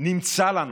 נמצא לנו,